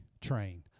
train